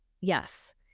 yes